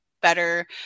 better